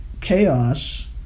chaos